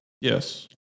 Yes